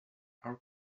our